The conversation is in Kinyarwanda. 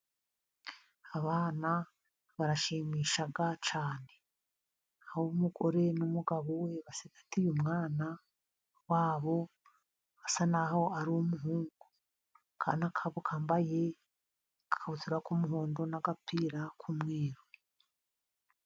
Abana barashimisha cyane, aho umugore n'umugabo we basigatiye umwana wabo, basa naho ari umuhungu, akana kabo kambaye akakabutura k'umuhondo n'agapira k'umweru.